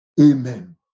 amen